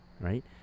right